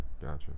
Gotcha